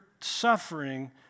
suffering